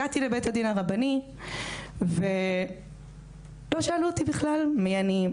הגעתי לבית הדין הרבני ולא שאלו אותי בכלל מי אני,